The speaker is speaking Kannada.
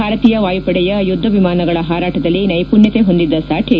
ಭಾರತೀಯ ವಾಯುಪಡೆಯ ಯುದ್ದ ವಿಮಾನಗಳ ಹಾರಾಟದಲ್ಲಿ ನೈಸುಣ್ಣತೆ ಹೊಂದಿದ್ದ ಸಾಠೆ